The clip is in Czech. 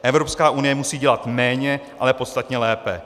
Evropská unie musí dělat méně, ale podstatně lépe.